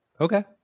Okay